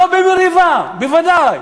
לא במריבה, בוודאי.